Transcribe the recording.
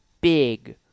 big